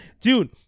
Dude